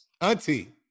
Auntie